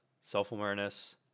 self-awareness